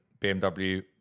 bmw